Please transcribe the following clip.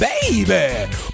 baby